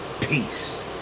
Peace